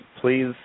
please